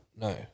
No